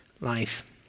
life